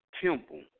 Temple